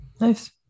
Nice